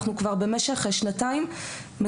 מזה שנתיים,